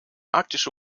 arktische